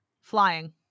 flying